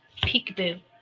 peekaboo